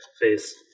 face